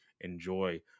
enjoy